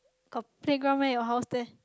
got playground at your house there